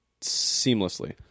seamlessly